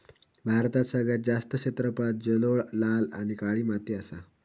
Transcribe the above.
भारतात सगळ्यात जास्त क्षेत्रफळांत जलोळ, लाल आणि काळी माती असा